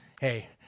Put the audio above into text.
Hey